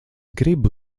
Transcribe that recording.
gribu